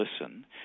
listen